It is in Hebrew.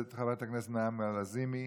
חברת הכנסת נעמה לזימי.